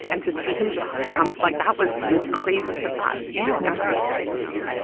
and to see him just come like that was this crazy surprise you just got used to him.